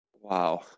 Wow